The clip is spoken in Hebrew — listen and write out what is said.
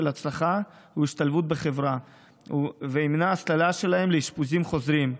הצלחה והשתלבות בחברה וימנע הסללה שלהם לאשפוזים חוזרים,